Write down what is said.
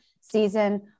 season